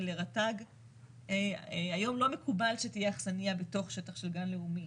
ולרט"ג היום לא מקובל שתהיה אכסניה בתוך שטח של גן לאומי.